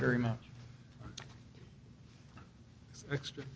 you very much extra